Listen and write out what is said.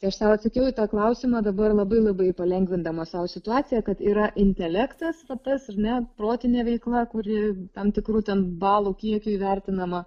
tai aš sau atsakiau į tą klausimą dabar labai labai palengvindama sau situaciją kad yra intelektas vat tas ar ne protinė veikla kuri tam tikrų ten balų kiekiui įvertinama